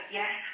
yes